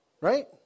Right